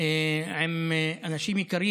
עם אנשים יקרים.